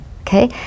okay